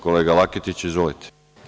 Kolega Laketiću, izvolite.